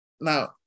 Now